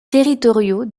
territoriaux